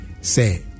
Say